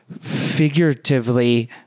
figuratively